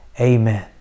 amen